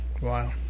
Wow